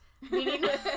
meaning